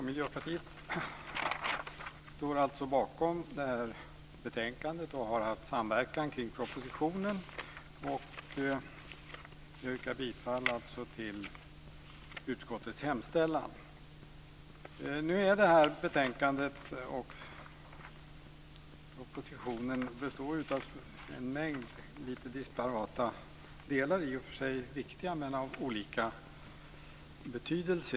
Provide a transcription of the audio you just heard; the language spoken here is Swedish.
Herr talman! Miljöpartiet står bakom betänkandet och har haft samverkan kring propositionen. Jag yrkar bifall till utskottets hemställan. Det här betänkandet och propositionen består av en mängd lite disparata delar, i och för sig viktiga med olika betydelse.